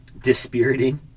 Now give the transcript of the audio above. dispiriting